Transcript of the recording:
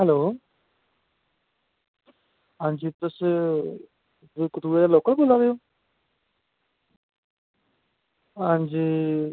hello हां जी तुस कठुए दा लोकल बोल्ला दे हो हां जी